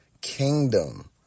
kingdom